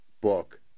book